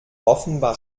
offenbar